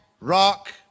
rock